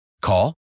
Call